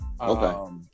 Okay